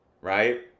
Right